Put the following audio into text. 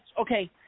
okay